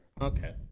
Okay